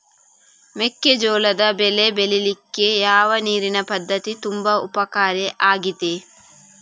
ಮೆಕ್ಕೆಜೋಳದ ಬೆಳೆ ಬೆಳೀಲಿಕ್ಕೆ ಯಾವ ನೀರಿನ ಪದ್ಧತಿ ತುಂಬಾ ಉಪಕಾರಿ ಆಗಿದೆ?